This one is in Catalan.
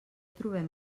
trobem